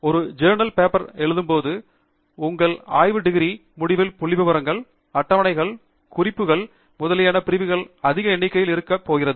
ஒரு journals paper எழுதும்பொழுது அல்லது உங்கள் ஆய்வு டிகிரி முடிவில் புள்ளிவிவரங்கள் அட்டவணைகள் குறிப்புகள் முதலிய பிரிவுகள் அதிக எண்ணிக்கையில் இருக்க போகிறது